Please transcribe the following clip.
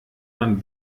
man